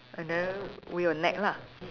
and then we will nag lah